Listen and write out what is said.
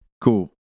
cool